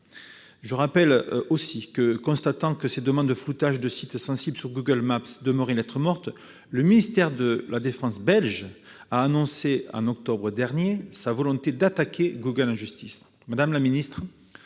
des évasions. Constatant que ses demandes de floutage de sites sensibles sur Google Maps demeuraient lettre morte, le ministère de la défense belge a annoncé, au mois d'octobre dernier, sa volonté d'attaquer Google en justice. Madame la garde